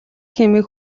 хэмээн